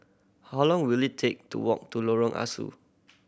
how long will it take to walk to Lorong Ah Soo